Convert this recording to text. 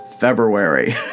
February